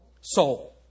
soul